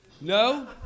No